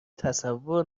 تصور